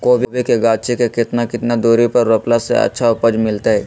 कोबी के गाछी के कितना कितना दूरी पर रोपला से अच्छा उपज मिलतैय?